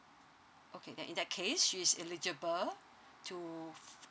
okay then in that case she's eligible to